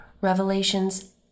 Revelations